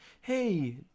hey